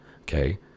okay